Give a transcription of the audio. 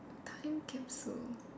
time capsule